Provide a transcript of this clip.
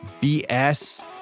BS